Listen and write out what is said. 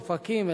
אופקים,